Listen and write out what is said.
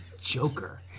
Joker